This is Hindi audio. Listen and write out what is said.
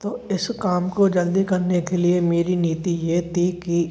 तो इस काम को जल्दी करने के लिए मेरी नीति ये थी कि